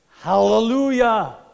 Hallelujah